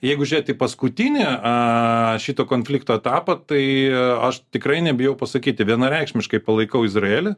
jeigu žiūrėt į paskutinį a šito konflikto etapą tai aš tikrai nebijau pasakyti vienareikšmiškai palaikau izraelį